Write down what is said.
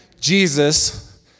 Jesus